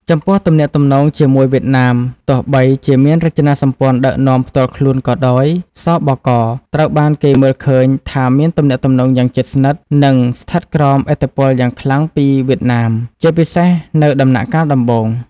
ចំពោះទំនាក់ទំនងជាមួយវៀតណាម ទោះបីជាមានរចនាសម្ព័ន្ធដឹកនាំផ្ទាល់ខ្លួនក៏ដោយ ស.ប.ក. ត្រូវបានគេមើលឃើញថាមានទំនាក់ទំនងយ៉ាងជិតស្និទ្ធ និងស្ថិតក្រោមឥទ្ធិពលយ៉ាងខ្លាំងពីវៀតណាម ជាពិសេសនៅដំណាក់កាលដំបូង ។